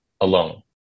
alone